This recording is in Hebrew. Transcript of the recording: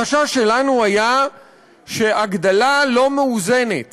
החשש שלנו היה שהגדלה לא מאוזנת